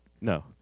No